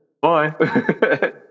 bye